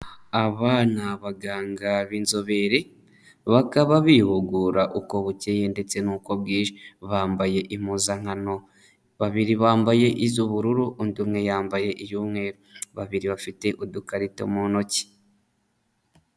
Aba ni abaganga b'inzobere bakaba bihugura uko bukeye ndetse n'uko bwije. Bambaye impuzankano; babiri bambaye iz'ubururu, undi umwe yambaye iy'umweru. Babiri bafite udukarito mu ntoki.